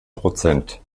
prozent